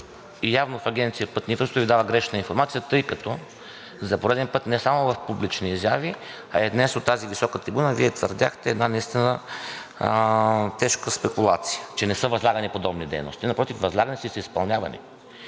някой в Агенция „Пътна инфраструктура“ Ви дава грешна информация, тъй като за пореден път не само в публични изяви, а и днес от тази висока трибуна Вие твърдяхте една наистина тежка спекулация – че не са възлагани подобни дейности. Напротив, възлагани са и са изпълнявани